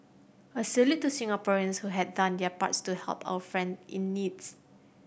a salute to Singaporean's who had done their parts to help our friend in needs